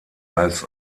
als